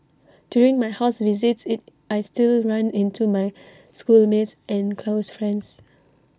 during my house visits IT I still run into many schoolmates and close friends